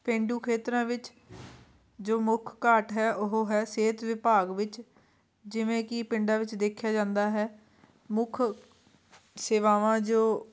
ਪੇਂਡੂ ਖੇਤਰਾਂ ਵਿੱਚ ਜੋ ਮੁੱਖ ਘਾਟ ਹੈ ਉਹ ਹੈ ਸਿਹਤ ਵਿਭਾਗ ਵਿੱਚ ਜਿਵੇਂ ਕਿ ਪਿੰਡਾਂ ਵਿੱਚ ਦੇਖਿਆ ਜਾਂਦਾ ਹੈ ਮੁੱਖ ਸੇਵਾਵਾਂ ਜੋ